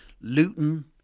Luton